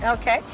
Okay